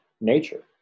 nature